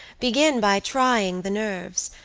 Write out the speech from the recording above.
begin by trying the nerves,